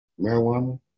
marijuana